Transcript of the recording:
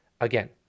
again